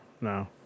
No